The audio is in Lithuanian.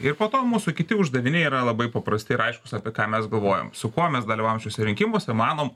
ir po to mūsų kiti uždaviniai yra labai paprasti ir aiškūs apie ką mes galvojom su kuo mes dalyvavom šiuose rinkimuose manom